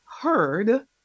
heard